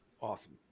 awesome